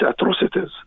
atrocities